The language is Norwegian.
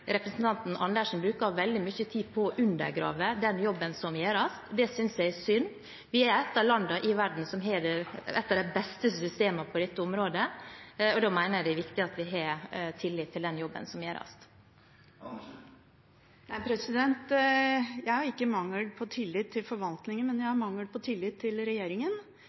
representanten Andersen bruker veldig mye tid på å undergrave den jobben som gjøres. Det synes jeg er synd. Vi er et av landene i verden som har et av de beste systemene på dette området, og da mener jeg det er viktig at vi har tillit til den jobben som gjøres. Jeg har ikke mangel på tillit til forvaltningen, men jeg har mangel på tillit til regjeringen,